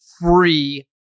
free